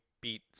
beat